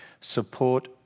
Support